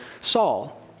Saul